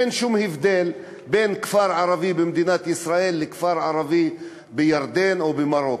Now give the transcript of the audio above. אין שום הבדל בין כפר ערבי במדינת ישראל לכפר ערבי בירדן או במרוקו.